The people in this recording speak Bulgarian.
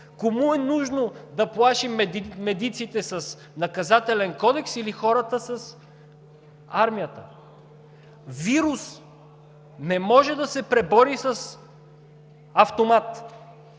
Кому е нужно да плашим медиците с Наказателен кодекс или хората с армията? Вирус не може да се пребори с автомат!